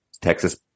Texas